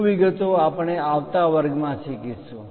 વધુ વિગતો આપણે આવતા વર્ગમાં શીખીશું